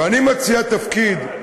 אבל אני מציע תפקיד,